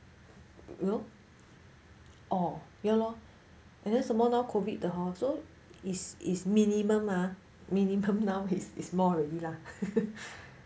you know orh ya lor and then some more now COVID the hor so is is minimum ah minimum now is is more really lah